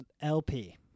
LP